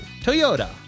Toyota